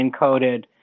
encoded